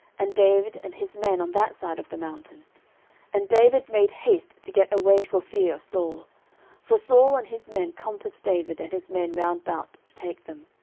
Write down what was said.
and david and his men on that side of the mountain and david made haste to get away for fear of saul for saul and his men compassed david and his men round about to take them.